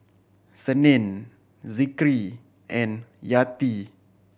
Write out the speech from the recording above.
Senin Zikri and Yati